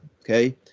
Okay